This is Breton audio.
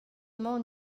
mañ